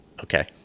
Okay